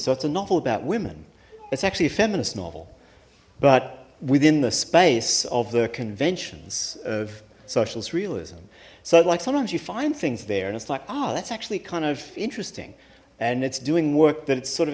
so it's a novel about women it's actually a feminist novel but within the space of the conventions of socialist realism so like sometimes you find things there and it's like ah that's actually kind of interesting and it's doing work that it's sort of